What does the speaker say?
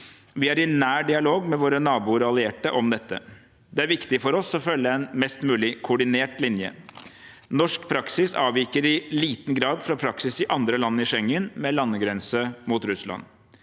Vi er i nær dialog med våre naboer og allierte om dette. Det er viktig for oss å følge en mest mulig koordinert linje. Norsk praksis avviker i liten grad fra praksis i andre land i Schengen med landegrense mot Russland.